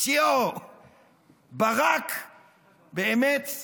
ברק באמת מבריק.